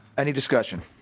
any discussion?